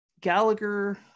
Gallagher